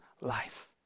life